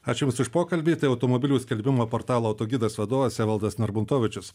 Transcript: ačiū jums už pokalbį tai automobilių skelbimų portalo autogidas vadovas evaldas narbuntovičius